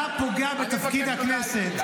אתה פוגע בתפקיד הכנסת.